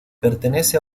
pertenece